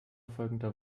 folgender